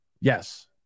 yes